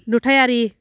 नुथायारि